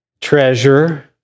Treasure